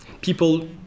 people